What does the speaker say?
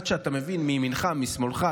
עד שאתה מבין מימינך ומשמאלך,